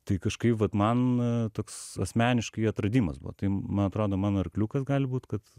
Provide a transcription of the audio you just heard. tai kažkaip vat man toks asmeniškai atradimas buvo tai man atrodo mano arkliukas gali būt kad